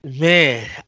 Man